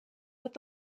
with